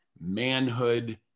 manhood